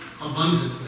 abundantly